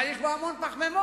אבל יש בה המון פחמימות,